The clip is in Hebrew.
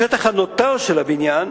בשטח הנותר של הבניין,